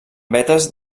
vetes